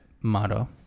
motto